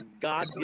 god